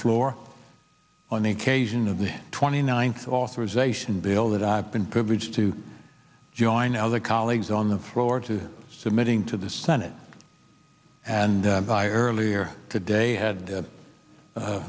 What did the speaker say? floor on the occasion of the twenty ninth authorization bill that i've been privileged to join other colleagues on the floor to submitting to the senate and by earlier today had